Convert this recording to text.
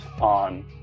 on